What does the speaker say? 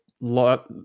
lot